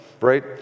right